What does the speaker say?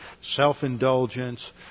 self-indulgence